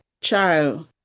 child